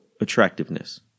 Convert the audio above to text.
attractiveness